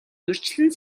урьдчилан